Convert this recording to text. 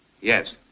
Yes